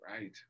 Right